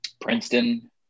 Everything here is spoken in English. Princeton